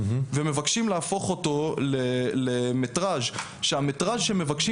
ומבקשים להפוך אותו למטראז' כשהמטראז' שמבקשים